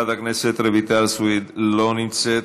חברת הכנסת רויטל סויד, לא נמצאת.